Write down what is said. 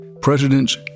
presidents